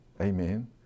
Amen